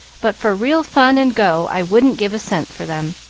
but for real fun and go i wouldn't give a cent for them,